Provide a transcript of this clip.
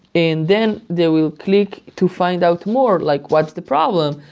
and then they will click to find out more, like what's the problem?